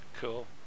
Cool